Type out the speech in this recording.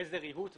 איזה ריהוט,